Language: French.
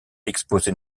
exposés